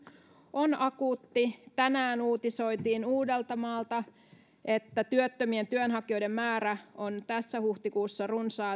on akuutti tänään uutisoitiin uudeltamaalta että työttömien työnhakijoiden määrä on tässä huhtikuussa